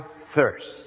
thirst